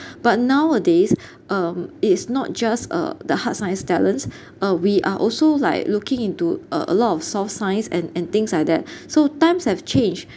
but nowadays um it's not just uh the hard science talents uh we are also like looking into a a lot of soft science and and things like that so times have changed